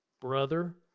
Brother